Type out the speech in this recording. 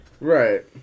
Right